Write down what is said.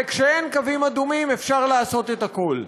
וכשאין קווים אדומים אפשר לעשות את הכול.